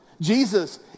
Jesus